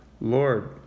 Lord